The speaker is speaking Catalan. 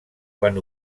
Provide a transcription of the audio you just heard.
quan